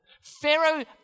Pharaoh